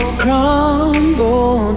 crumble